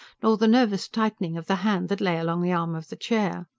nor the nervous tightening of the hand that lay along the arm of the chair.